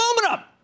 Aluminum